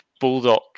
Bulldog